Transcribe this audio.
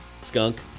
skunk